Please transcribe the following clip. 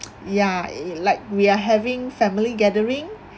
ya it like we are having family gathering